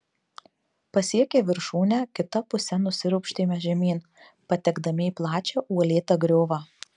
pasiekę viršūnę kita puse nusiropštėme žemyn patekdami į plačią uolėtą griovą